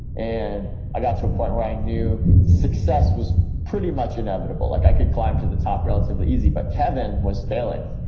and i got to a point where i knew success was pretty much inevitable, like i could climb to the top relatively easy, but kevin was failing.